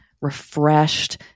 refreshed